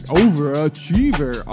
overachiever